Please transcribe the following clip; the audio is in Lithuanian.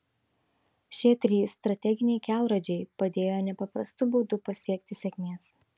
šie trys strateginiai kelrodžiai padėjo nepaprastu būdu pasiekti sėkmės